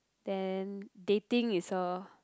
then dating is a